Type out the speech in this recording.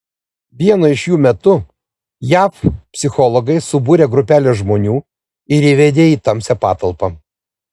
vieno iš jų metu jav psichologai subūrė grupelę žmonių ir įvedė į tamsią patalpą